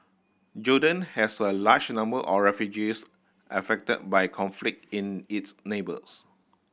Jordan has a large number refugees affected by conflict in its neighbours